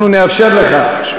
אנחנו נאפשר לך.